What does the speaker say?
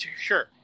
Sure